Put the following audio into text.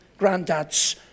granddads